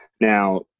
Now